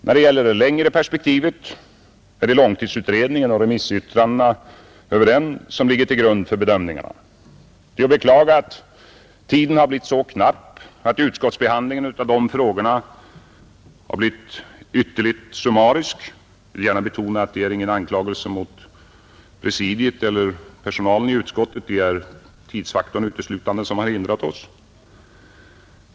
När det gäller det längre perspektivet är det långtidsutredningen och remissyttrandena över den som ligger till grund för bedömningarna. Det är att beklaga att tiden har varit så knapp att utskottsbehandlingen av dessa frågor har blivit ytterligt summarisk. Jag vill gärna betona att detta inte är någon anklagelse mot presidiet eller personalen i utskottet — det är uteslutande tidsfaktorn som varit avgörande.